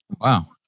Wow